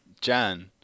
Jan